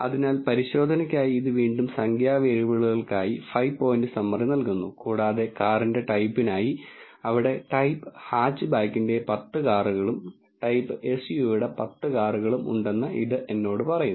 അതിനാൽ പരിശോധനയ്ക്കായി ഇത് വീണ്ടും സംഖ്യാ വേരിയബിളുകൾക്കായി ഫൈവ് പോയിന്റ് സമ്മറി നൽകുന്നു കൂടാതെ കാറിന്റെ ടൈപ്പിനായി അവിടെ ടൈപ്പ് ഹാച്ച്ബാക്കിന്റെ 10 കാറുകളും ടൈപ്പ് എസ്യുവിയുടെ 10 കാറുകളും ഉണ്ടെന്ന് ഇത് എന്നോട് പറയുന്നു